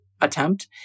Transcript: attempt